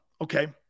Okay